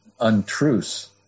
untruths